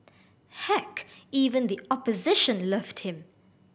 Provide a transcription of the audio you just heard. heck even the opposition loved him